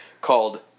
called